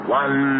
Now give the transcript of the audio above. one